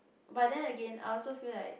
but then Again I also feel like